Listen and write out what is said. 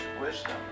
wisdom